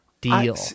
deal